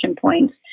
points